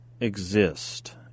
exist